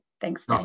Thanks